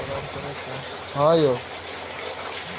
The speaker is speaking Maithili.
यात्रा बीमा यात्राक समय बीमा सुरक्षा प्रदान करै छै